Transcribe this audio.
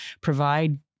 provide